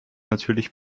natürlich